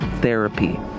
therapy